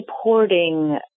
supporting